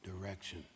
direction